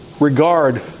Regard